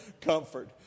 comfort